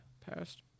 passed